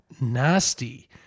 nasty